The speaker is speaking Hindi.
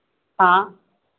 हाँ